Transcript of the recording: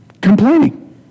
complaining